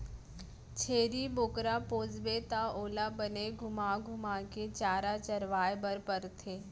छेरी बोकरा पोसबे त ओला बने घुमा घुमा के चारा चरवाए बर परथे